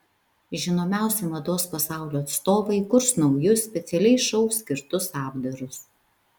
žinomiausi mados pasaulio atstovai kurs naujus specialiai šou skirtus apdarus